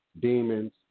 demons